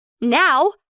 Now